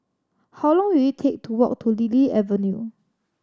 how long will it take to walk to Lily Avenue